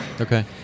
Okay